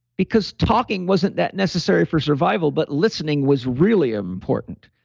because talking wasn't that necessary for survival, but listening was really important.